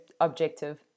objective